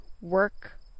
work